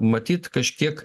matyt kažkiek